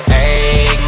Hey